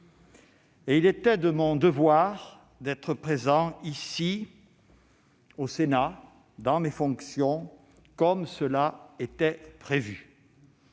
Et il était de mon devoir d'être présent ici, au Sénat, dans le cadre de mes fonctions, comme cela était prévu.